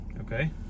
Okay